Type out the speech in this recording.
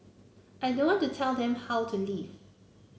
I don't want to tell them how to live